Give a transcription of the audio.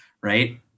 right